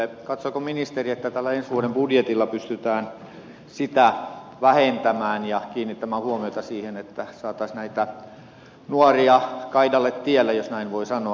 katsooko ministeri että tällä ensi vuoden budjetilla pystytään sitä vähentämään ja kiinnittämään huomiota siihen että saataisiin näitä nuoria kaidalle tielle jos näin voi sanoa